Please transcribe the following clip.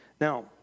Now